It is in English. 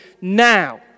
now